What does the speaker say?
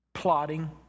Plotting